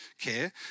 care